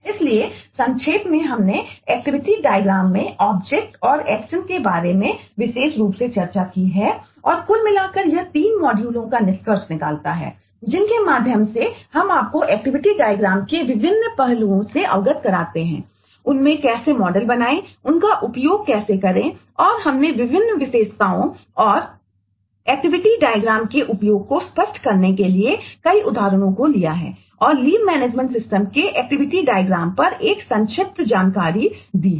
इसलिए संक्षेप में हमने एक्टिविटी डायग्राम पर एक संक्षिप्त जानकारी दी है